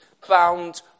found